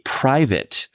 private